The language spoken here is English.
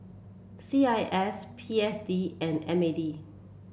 C I S P S D and M A D